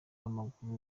w’amaguru